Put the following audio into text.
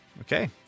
okay